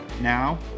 Now